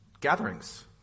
gatherings